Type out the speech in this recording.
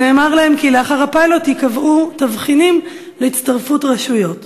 ונאמר להם כי לאחר הפיילוט ייקבעו תבחינים להצטרפות רשויות.